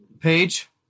page